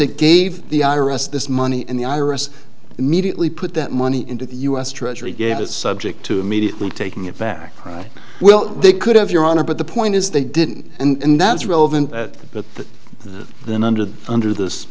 it gave the i r s this money and the iris immediately put that money into the u s treasury get it subject to immediately taking it back right well they could have your honor but the point is they didn't and that's relevant but then under the under this